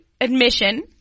admission